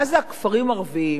מה זה הכפרים הערביים